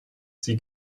sie